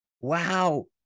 wow